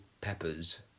peppers